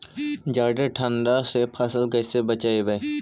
जादे ठंडा से फसल कैसे बचइबै?